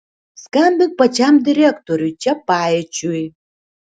skambink pačiam direktoriui čepaičiui